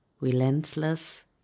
relentless